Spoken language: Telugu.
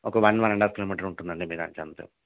ఒక one one and half kilometre ఉంటుందండి మీ దానికి